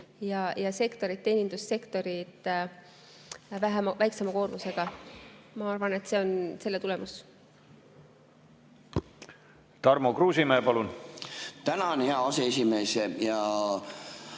ja teenindussektorid olid väiksema koormusega. Ma arvan, et see on selle tulemus. Tarmo Kruusimäe, palun! Tänan, hea aseesimees!